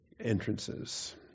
entrances